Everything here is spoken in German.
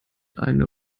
eine